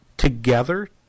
together